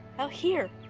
ah here?